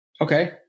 Okay